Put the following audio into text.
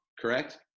correct